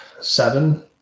Seven